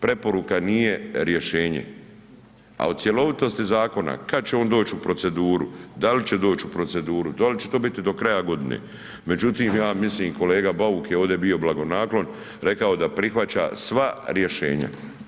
Preporuka nije rješenje, a o cjelovitosti zakona, kad će on doći u proceduru, dal će doći u proceduru, da li će to biti kraja godine, međutim ja mislim kolega Bauk je ovdje bio blagonaklon, rekao da prihvaća sva rješenja.